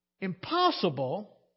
impossible